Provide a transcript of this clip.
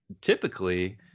typically